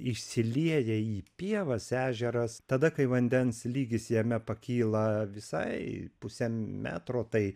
išsilieja į pievas ežeras tada kai vandens lygis jame pakyla visai pusę metro tai